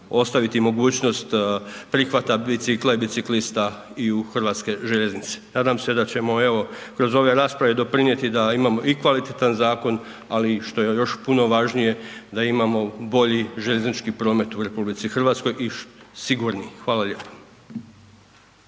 ostaviti mogućnost prihvata bicikla i biciklista i u Hrvatske željeznice. Nadam se da ćemo evo, kroz ove rasprave doprinijeti da imamo i kvalitetan zakon ali i što je još puno važnije, da imamo bolji željeznički promet u RH i sigurniji. Hvala lijepa.